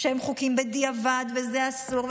שהם חוקים בדיעבד וזה אסור,